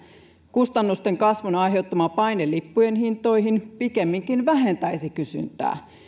kustannusten kasvun aiheuttama paine lippujen hintoihin pikemminkin vähentäisi kysyntää